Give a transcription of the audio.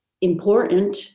important